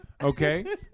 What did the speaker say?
Okay